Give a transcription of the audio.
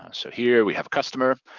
ah so here we have customer.